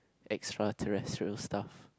extra terrestrial stuff